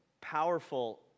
powerful